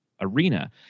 arena